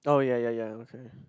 oh ya ya ya okay